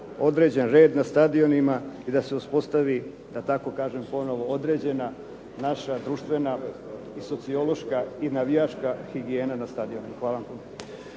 određen red na stadionima i da se uspostavi da tako kažem određena naša društvena, sociološka i navijačka higijena na stadionima. Hvala vam